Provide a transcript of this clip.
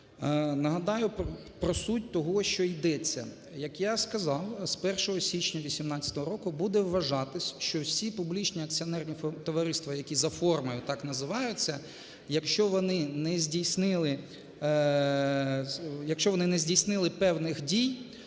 Нагадаю про суть того, що йдеться. Як я сказав, з 1 січня 18-го року буде вважитись, що всі публічні акціонерні товариства, які за формою так називаються, якщо вони не здійснили певних дій,